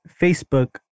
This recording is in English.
Facebook